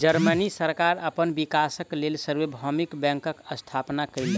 Germany सरकार अपन विकासक लेल सार्वभौमिक बैंकक स्थापना केलक